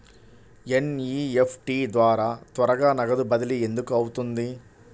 NEFT ద్వారా త్వరగా నగదు బదిలీ ఎందుకు అవుతుంది?